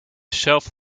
shelf